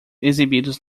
exibidos